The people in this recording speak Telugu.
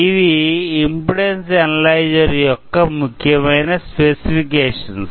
ఇవి ఇంపిడెన్సు అనలైజర్ యొక్క ముఖ్య మయిన స్పెసిఫికేషన్స్